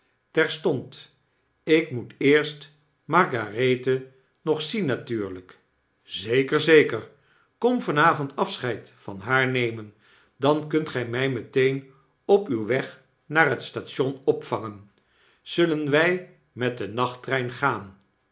terstond ik moet eerst margaret he nog zien natuurlyk zeker zeker kom van avond afscheid van haar nemen dan kunt gy my meteen op uw weg naar het station opvangen zullen wy met den nachttrein gaan